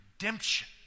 redemption